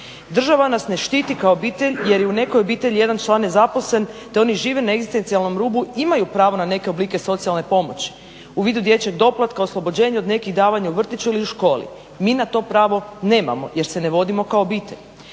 Država nas ne štiti kao obitelj jer je u nekoj obitelji jedan član nezaposlen te oni žive na egzistencijalnom rubu, imaju pravo na neke oblike socijalne pomoći, u vidu dječjeg doplatka, oslobođenje od nekih davanja vrtiću ili školi, mi na to pravo nemamo jer se ne vodimo kao obitelj.